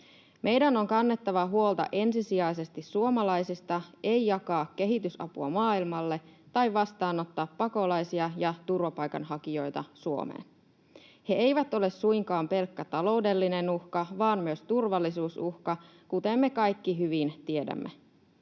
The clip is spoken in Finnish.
Meidän on kannettava huolta ensisijaisesti suomalaisista, ei jaettava kehitysapua maailmalle tai vastaanotettava pakolaisia ja turvapaikanhakijoita Suomeen. He eivät ole suinkaan pelkkä taloudellinen uhka vaan myös turvallisuusuhka, kuten me kaikki hyvin tiedämme.